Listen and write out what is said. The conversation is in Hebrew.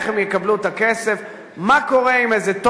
איך הם יקבלו את הכסף,